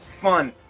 fun